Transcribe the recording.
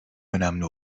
önemli